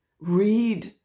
Read